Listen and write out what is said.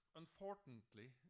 unfortunately